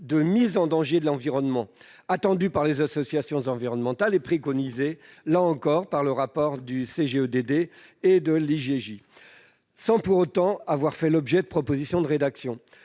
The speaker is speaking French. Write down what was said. de mise en danger de l'environnement, attendu par les associations environnementales et préconisé par le rapport du CGEDD et de l'IGJ, sans pour autant avoir fait l'objet de propositions de rédaction.